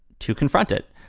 to confront it.